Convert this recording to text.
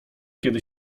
kiedy